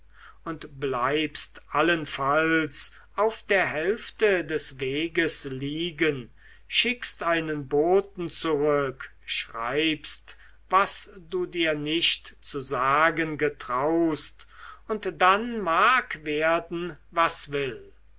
und bleibst allenfalls auf der hälfte des weges liegen schickst einen boten zurück schreibst was du dir nicht zu sagen getraust und dann mag werden was will